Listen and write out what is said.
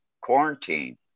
quarantine